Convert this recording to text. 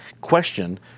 question